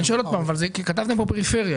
כתבתם כאן "פריפריה".